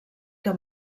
que